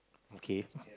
okay